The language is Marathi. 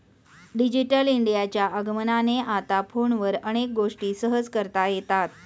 डिजिटल इंडियाच्या आगमनाने आता फोनवर अनेक गोष्टी सहज करता येतात